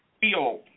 feel